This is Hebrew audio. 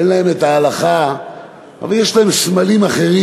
ואין להם את ההלכה, אבל יש להם סמלים אחרים,